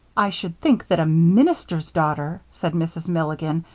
i should think that a minister's daughter, said mrs. milligan,